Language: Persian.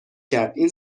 کرد، این